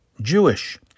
Jewish